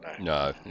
No